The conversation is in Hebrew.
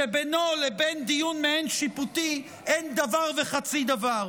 שבינו לבין מעין-שיפוטי אין דבר וחצי דבר.